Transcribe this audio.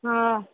हा